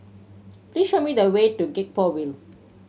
please show me the way to Gek Poh Ville